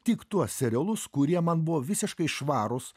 tik tuos serialus kurie man buvo visiškai švarūs